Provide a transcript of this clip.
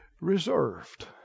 reserved